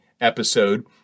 episode